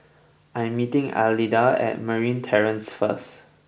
I am meeting Alida at Marine Terrace first